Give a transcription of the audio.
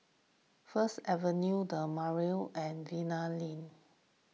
First Avenue the Madeira and Vanda Link